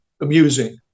amusing